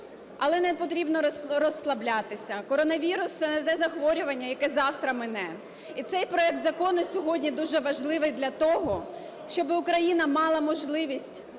але непотрібно розслаблятися, коронавірус – це не те захворювання, яке завтра мине. І цей проект закону сьогодні дуже важливий для того, щоб Україна мала можливість